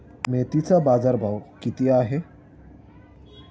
मेथीचा बाजारभाव किती आहे?